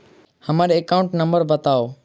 हम्मर account number बताऊ?